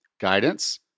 guidance